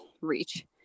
reach